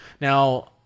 Now